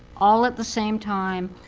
all at the same time,